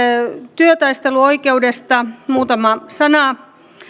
työtaisteluoikeudesta muutama sana